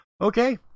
Okay